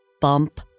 bump